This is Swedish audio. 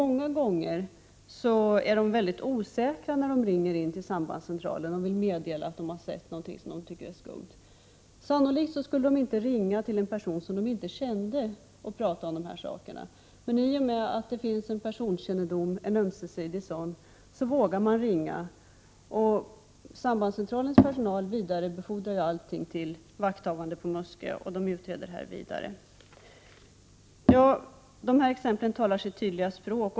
Många gånger är de osäkra när de ringer in till sambandscentralen och vill meddela att de sett någonting som de tycker är skumt. Sannolikt skulle de inte ringa till en person som de inte kände och prata om dessa saker, men i och med att det finns en ömsesidig personkännedom vågar man ringa. Sambandscentralens personal vidarebefordrar ju uppgifterna till vakthavande på Muskö, där man utreder dem. Dessa exempel talar sitt tydliga språk.